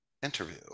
interview